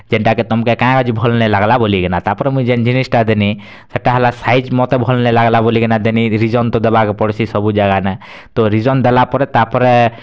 ଯେନ୍ଟା କି ତମକେ କାଁ ଯଦି ଭଲ୍ ନେଇଁ ଲାଗଲା ବୋଲିକି ନା ତା'ପରେ ମୁଇଁ ଯେନ୍ ଜିନିଷ୍ ଟା ଦେଲି ସେଟା ହେଲା ସାଇଜ୍ ମୋତେ ଭଲ୍ ନାଇଁ ଲାଗଲା ବୋଲିକି ନା ଦେଲି ରିଜନ୍ ତ ଦବାକେ ପଡୁ଼ସି ସବୁ ଜାଗା ନେ ତ ରିଜନ୍ ଦେଲା ପରେ ତା'ପରେ